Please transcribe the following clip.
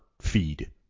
feed